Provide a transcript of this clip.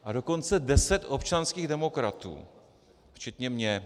A dokonce deset občanských demokratů včetně mě.